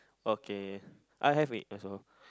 okay I have it also